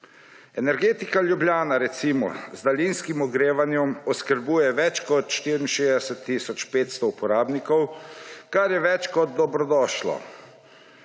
Energetika Ljubljana, recimo, z daljinskim ogrevanjem oskrbuje več kot 64 tisoč 500 uporabnikov, kar je več kot dobrodošlo.